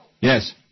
Yes